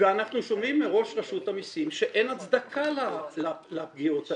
ואנחנו שומעים מראש רשות המיסים שאין הצדקה לפגיעות האלה.